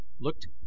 looked